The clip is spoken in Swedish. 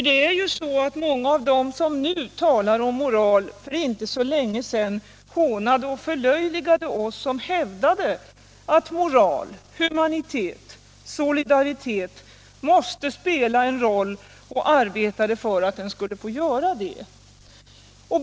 Det är ju så att många av dem som nu talar om moral för inte så länge sedan hånade och förlöjligade oss som hävdade att moral, humanitet och solidaritet måste spela en roll och som arbetade för att sådana saker också skulle få göra det.